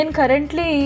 currently